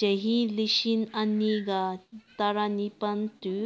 ꯆꯍꯤ ꯂꯤꯁꯤꯡ ꯑꯅꯤꯒ ꯇꯔꯥꯅꯤꯄꯥꯜ ꯇꯨ